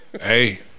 Hey